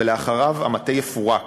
ואחריהן המטה יפורק.